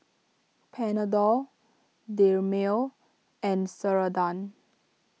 Panadol Dermale and Ceradan